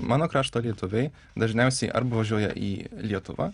mano krašto lietuviai dažniausiai arba važiuoja į lietuvą